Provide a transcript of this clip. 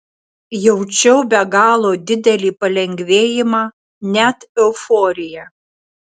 jaučiau be galo didelį palengvėjimą net euforiją